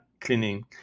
cleaning